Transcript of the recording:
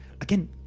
Again